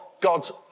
God's